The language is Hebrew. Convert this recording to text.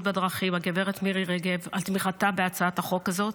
בדרכים הגב' מירי רגב על תמיכתה בהצעת החוק הזאת,